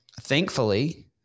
thankfully